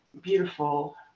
beautiful